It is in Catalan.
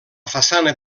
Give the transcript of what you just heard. façana